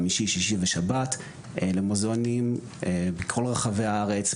חמישי-שישי ושבת למוזיאונים בכל רחבי הארץ,